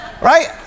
Right